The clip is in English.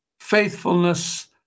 faithfulness